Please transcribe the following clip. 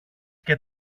και